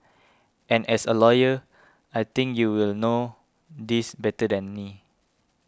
and as a lawyer I think you will know this better than me